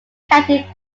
county